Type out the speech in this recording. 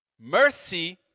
Mercy